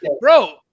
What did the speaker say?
bro